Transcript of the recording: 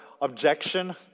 objection